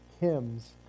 hymns